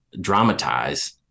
dramatize